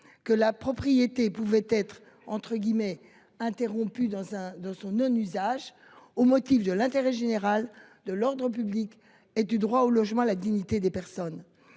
que la propriété pouvaient être entre guillemets interrompu dans un dans son un usage au motif de l'intérêt général de l'Ordre public et du droit au logement, la dignité des personnes.